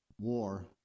War